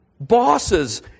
Bosses